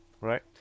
right